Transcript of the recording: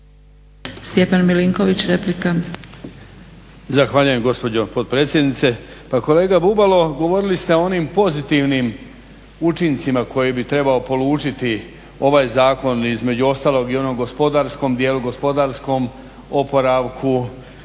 Stjepan Milinković, replika.